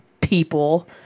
people